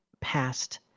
past